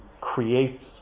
creates